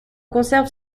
conserve